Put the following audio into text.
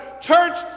Church